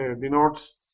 denotes